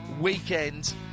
weekend